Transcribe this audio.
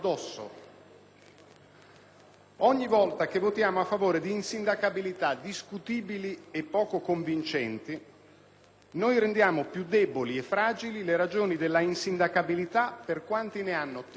Ogni volta che votiamo a favore di insindacabilità discutibili e poco convincenti, noi rendiamo più deboli e fragili le ragioni dell'insindacabilità per quanti ne hanno titolo e diritto.